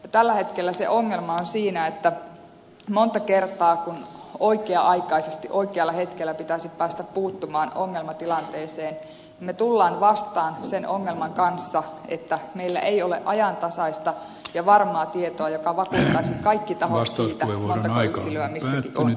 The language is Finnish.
tällä hetkellä ongelma on siinä että monta kertaa kun oikea aikaisesti oikealla hetkellä pitäisi päästä puuttumaan ongelmatilanteeseen me tulemme vastaan sen ongelman kanssa että meillä ei ole ajantasaista ja varmaa tietoa joka vakuuttaisi kaikki tahot siitä montako yksilöä missäkin on